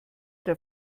der